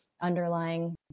underlying